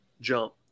jump